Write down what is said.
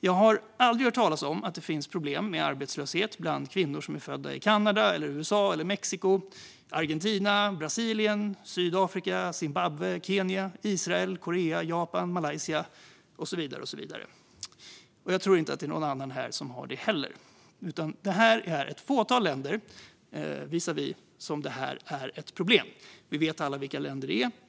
Jag har aldrig hört talas om att det finns problem med arbetslöshet bland kvinnor som är födda i Kanada, USA, Mexiko, Argentina, Brasilien, Sydafrika, Zimbabwe, Kenya, Israel, Korea, Japan, Malaysia och så vidare. Jag tror inte heller att det är någon annan här som har det. Det är visavi ett fåtal länder som detta är ett problem. Vi vet alla vilka länder det är.